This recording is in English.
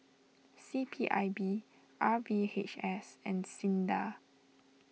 C P I B R V H S and Sinda